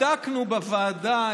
בדקנו בוועדה,